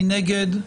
מי נגד?